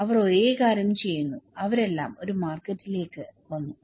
അവർ ഒരേ കാര്യം ചെയ്യുന്നു അവരെല്ലാം ഒരു മാർക്കറ്റിലേക്ക് വന്നു